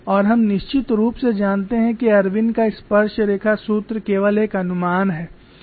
और हम निश्चित रूप से जानते हैं कि इरविन का स्पर्शरेखा सूत्र केवल एक अनुमान है